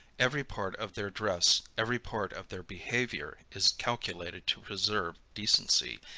every part of their dress, every part of their behavior is calculated to preserve decency,